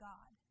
God